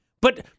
But-